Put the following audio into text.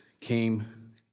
came